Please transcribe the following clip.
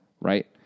right